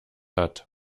hat